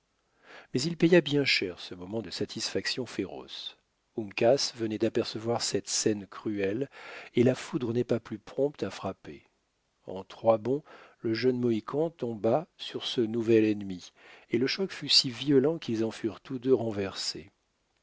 mais il paya bien cher ce moment de satisfaction féroce uncas venait d'apercevoir cette scène cruelle et la foudre n'est pas plus prompte à frapper en trois bonds le jeune mohican tomba sur ce nouvel ennemi et le choc fut si violent qu'ils en furent tous deux